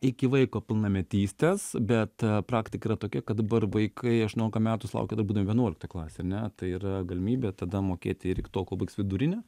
iki vaiko pilnametystės bet praktika yra tokia kad dabar vaikai aštuoniolika metų sulaukę dar būdami vienuoliktoj klasėj ar ne tai yra galimybė tada mokėti ir iki tol kol baigs vidurinę